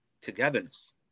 togetherness